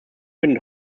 findet